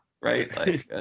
right